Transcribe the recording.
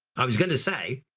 i was going to say,